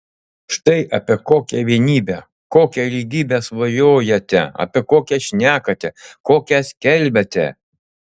štai apie kokią vienybę kokią lygybę svajojate apie kokią šnekate kokią skelbiate